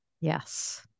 Yes